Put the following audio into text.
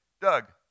Doug